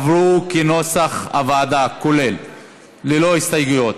כולל, עברו כנוסח הוועדה, ללא הסתייגויות.